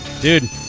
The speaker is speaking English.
dude